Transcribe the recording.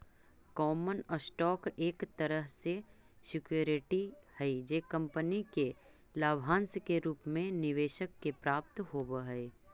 common stock एक तरह के सिक्योरिटी हई जे कंपनी के लाभांश के रूप में निवेशक के प्राप्त होवऽ हइ